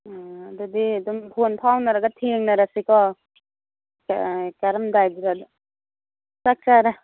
ꯑꯗꯨꯗꯤ ꯑꯗꯨꯝ ꯐꯣꯟ ꯐꯥꯎꯅꯔꯒ ꯊꯦꯡꯅꯔꯁꯤꯀꯣ ꯀꯥꯔꯝꯗꯥꯏꯗꯨꯗ ꯆꯥꯛ ꯆꯥꯔꯦ